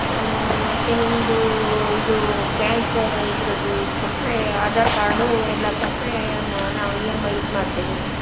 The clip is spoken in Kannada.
ಮತ್ತೆ ನಿಮ್ಮದು ಇದೂ ಬ್ಯಾಂಕ್ ಇದರದ್ದು ಇದು ಕೊಟ್ಟರೆ ಆಧಾರ್ ಕಾರ್ಡು ಎಲ್ಲ ಕೊಟ್ಟರೆ ನಾವು ಇ ಎಮ್ ಐ ಇದು ಮಾಡ್ತೇನೆ